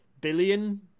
billion